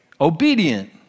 Obedient